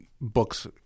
books